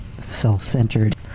Self-centered